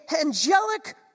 angelic